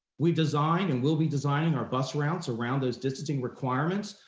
we designed and we'll be designing our bus routes around those distancing requirements.